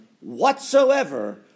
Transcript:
whatsoever